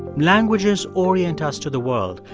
languages orient us to the world.